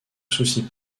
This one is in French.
soucie